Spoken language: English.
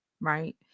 right